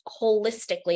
holistically